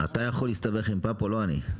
בבקשה.